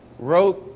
Wrote